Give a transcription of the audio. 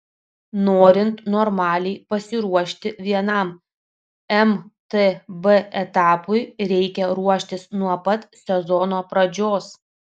norint normaliai pasiruošti vienam mtb etapui reikia ruoštis nuo pat sezono pradžios